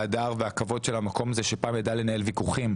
ההדר והכבוד של המקום הזה שפעם ידע לנהל ויכוחים,